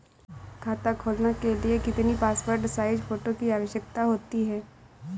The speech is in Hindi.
खाता खोलना के लिए कितनी पासपोर्ट साइज फोटो की आवश्यकता होती है?